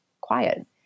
quiet